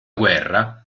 guerra